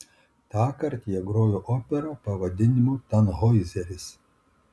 tąkart jie grojo operą pavadinimu tanhoizeris